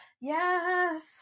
Yes